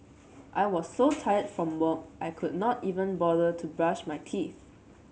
I was so tired from work I could not even bother to brush my teeth